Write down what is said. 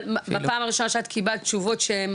אבל בפעם הראשונה שאת קיבלת תשובות שהן